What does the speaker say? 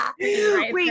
Wait